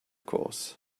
course